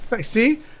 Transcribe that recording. see